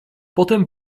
potem